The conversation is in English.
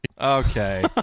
Okay